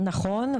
נכון,